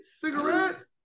cigarettes